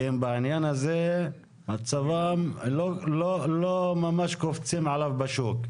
כי בעניין הזה מצבם לא ממש קופצים עליו בשוק.